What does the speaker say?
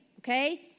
okay